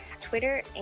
Twitter